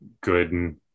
good